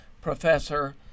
professor